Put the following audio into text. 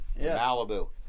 Malibu